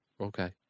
Okay